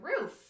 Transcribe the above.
roof